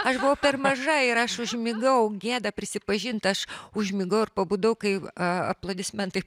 aš buvau per maža ir aš užmigau gėda prisipažint aš užmigau ir pabudau kai aplodismentai